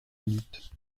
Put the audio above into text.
minutes